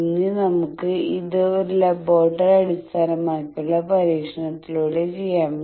ഇനി നമുക്ക് ഇത് ഒരു ലബോറട്ടറി അടിസ്ഥാനമാക്കിയുള്ള പരീക്ഷണത്തിലൂടെ ചെയ്യാം